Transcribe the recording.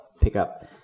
pickup